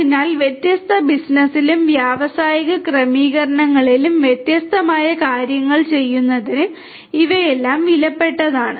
അതിനാൽ വ്യത്യസ്ത ബിസിനസ്സിലും വ്യാവസായിക ക്രമീകരണങ്ങളിലും വ്യത്യസ്തമായ കാര്യങ്ങൾ ചെയ്യുന്നതിന് ഇവയെല്ലാം വിലപ്പെട്ടതാണ്